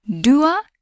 dua